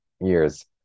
years